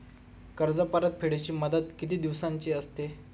कर्ज परतफेडीची मुदत किती दिवसांची असते?